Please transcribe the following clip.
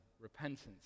repentance